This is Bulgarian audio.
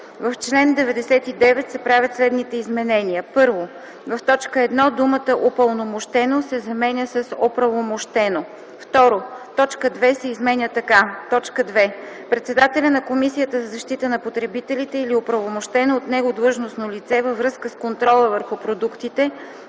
В чл. 99 се правят следните изменения: 1. В т. 1 думата „упълномощено” се заменя с „оправомощено”. 2. Точка 2 се изменя така: „2. председателя на Комисията за защита на потребителите или оправомощено от него длъжностно лице във връзка с контрола върху продуктите,